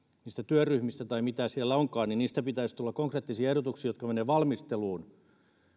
niistä työryhmistä tai mitä siellä onkaan pitäisi tulla konkreettisia ehdotuksia jotka menevät valmisteluun